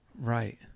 Right